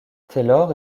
taylor